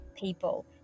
people